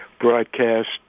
broadcast